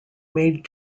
made